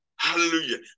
Hallelujah